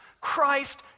Christ